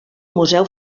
museu